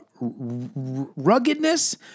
ruggedness